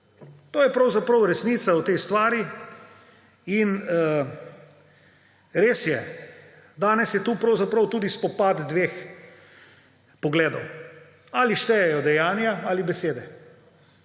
To je pravzaprav resnica o tej stvari. Res je, danes je tu pravzaprav tudi spopad dveh pogledov, ali štejejo dejanja ali besede.